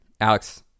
Alex